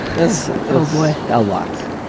there's a lot.